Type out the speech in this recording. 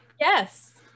Yes